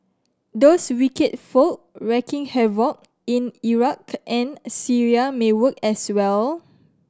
those wicked folk wreaking havoc in Iraq and Syria may work as well